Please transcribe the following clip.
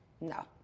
No